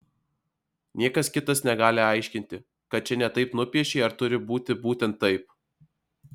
niekas kitas negali aiškinti kad čia ne taip nupiešei ar turi būti būtent taip